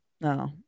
No